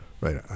Right